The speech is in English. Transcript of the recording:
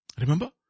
Remember